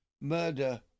murder